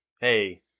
hey